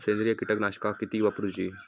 सेंद्रिय कीटकनाशका किती वापरूची?